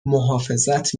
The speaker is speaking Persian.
محافظت